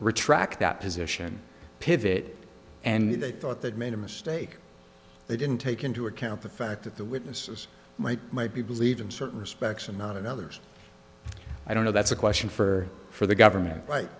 retract that position pivot and they thought they'd made a mistake they didn't take into account the fact that the witnesses might might be believed in certain respects and not in others i don't know that's a question for for the government like